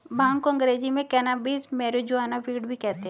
भांग को अंग्रेज़ी में कैनाबीस, मैरिजुआना, वीड भी कहते हैं